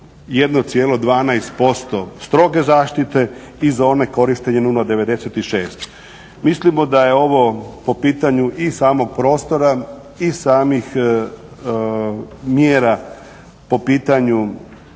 1,12% stroge zaštite i za one korištenje 0,96. Mislimo da je ovo po pitanju i samog prostora i samih mjera po pitanju